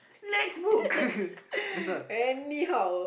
anyhow